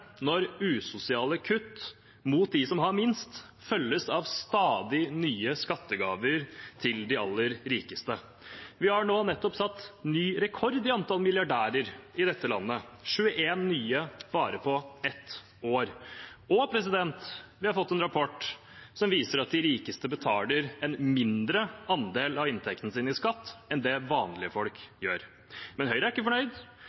når usosiale kutt til dem som har minst, følges av stadig nye skattegaver til de aller rikeste. Vi har nå nettopp satt ny rekord i antall milliardærer i dette landet – 21 nye på bare ett år. Og vi har fått en rapport som viser at de rikeste betaler en mindre andel av inntekten sin i skatt enn det vanlige folk gjør. Men Høyre er ikke fornøyd,